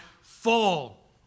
fall